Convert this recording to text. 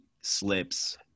slips